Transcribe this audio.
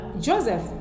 Joseph